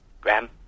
Graham